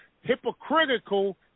hypocritical